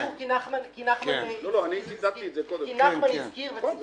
זה קשור כי נחמן שי הזכיר וציטט את הדוח.